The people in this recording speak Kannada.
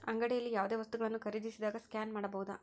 ಅಂಗಡಿಯಲ್ಲಿ ಯಾವುದೇ ವಸ್ತುಗಳನ್ನು ಖರೇದಿಸಿದಾಗ ಸ್ಕ್ಯಾನ್ ಮಾಡಬಹುದಾ?